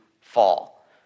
fall